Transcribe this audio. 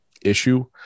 issue